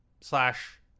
slash